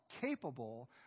capable